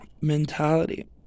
mentality